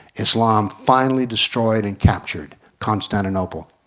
islam finally destroyed and captured constantinople,